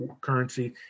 currency